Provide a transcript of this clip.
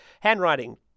Handwriting